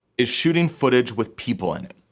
is shooting footage with people in it.